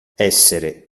essere